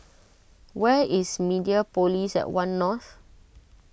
where is Mediapolis at one North